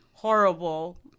Horrible